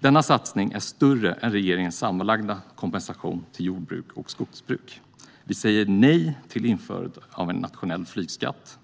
Denna satsning är större än regeringens sammanlagda kompensation till jordbruk och skogsbruk. Vi säger nej till införandet av en nationell flygskatt.